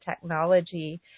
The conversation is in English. technology